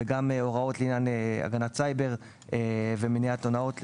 וגם הוראות לעניין הגנת סייבר ומניעת הונאות,